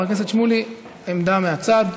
חבר הכנסת שמולי, עמדה מהצד.